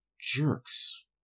Jerks